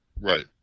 Right